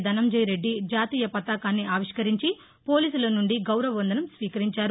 ధనంజయరెడ్డి జాతీయ పతాకాన్ని ఆవిష్కరించి పోలీసుల నుండి గౌరవ వందనం స్వీకరించారు